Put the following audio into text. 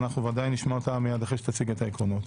ואנחנו ודאי נשמע אותה אחרי שחבר הכנסת ביטן יציג את העקרונות.